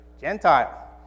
Gentile